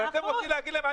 ואתם הולכים להגיד להם,